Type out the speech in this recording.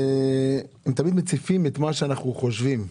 הם תמיד מציפים את מה שאנחנו חושבים.